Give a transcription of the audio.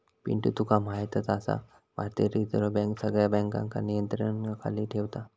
पिंटू तुका म्हायतच आसा, भारतीय रिझर्व बँक सगळ्या बँकांका नियंत्रणाखाली ठेवता